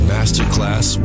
Masterclass